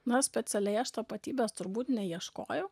na specialiai aš tapatybės turbūt neieškojau